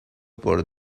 por